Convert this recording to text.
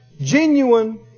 Genuine